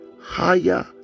Higher